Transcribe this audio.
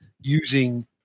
using